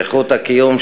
איכות הקיום,